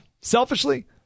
selfishly